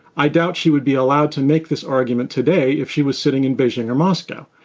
i doubt she would be allowed to make this argument today if she was sitting in beijing or moscow.